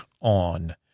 on